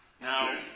Now